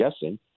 guessing